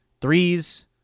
threes